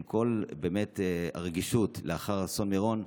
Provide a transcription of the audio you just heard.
עם כל הרגישות לאחר אסון מירון,